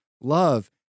love